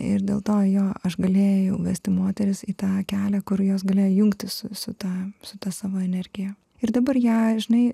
ir dėl to jo aš galėjau vesti moteris į tą kelią kur jos galėjo jungtis su ta su ta savo energija ir dabar jei žinai